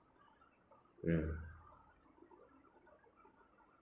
ya